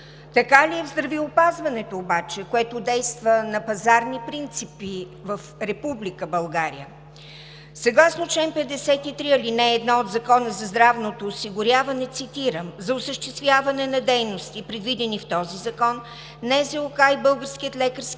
Така ли е в здравеопазването обаче, което действа на пазарни принципи в Република България? Съгласно чл. 53, ал. 1 от Закона за здравното осигуряване, цитирам: „За осъществяване на дейности, предвидени в този закон, НЗОК и